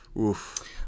Oof